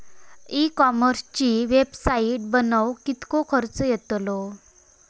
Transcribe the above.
E कॉमर्सची website बनवक किततो खर्च येतलो?